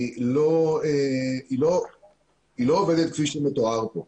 היא לא עובדת כפי שתואר כאן